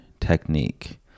technique